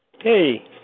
Hey